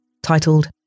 titled